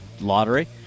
lottery